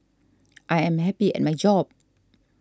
I am happy at my job